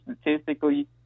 statistically